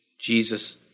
Jesus